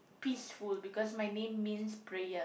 peaceful because my name means prayer